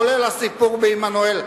כולל הסיפור בעמנואל,